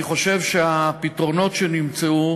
אני חושב שהפתרונות שנמצאו